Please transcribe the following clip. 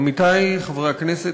עמיתי חברי הכנסת,